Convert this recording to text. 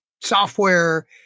software